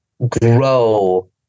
grow